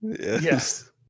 Yes